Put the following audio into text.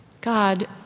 God